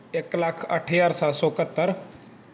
ਇੱਕ ਲੱਖ ਅੱਠ ਹਜ਼ਾਰ ਸੱਤ ਸੌ ਇਕਹੱਤਰ